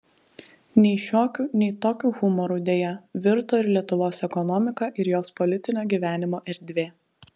nei šiokiu nei tokiu humoru deja virto ir lietuvos ekonomika ir jos politinio gyvenimo erdvė